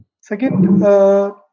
Second